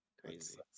crazy